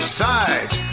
sides